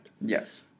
Yes